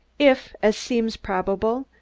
if, as seems probable,